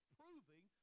proving